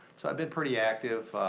so i've been pretty active.